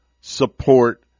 support